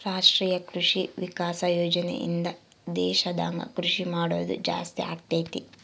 ರಾಷ್ಟ್ರೀಯ ಕೃಷಿ ವಿಕಾಸ ಯೋಜನೆ ಇಂದ ದೇಶದಾಗ ಕೃಷಿ ಮಾಡೋದು ಜಾಸ್ತಿ ಅಗೈತಿ